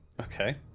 Okay